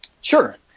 Sure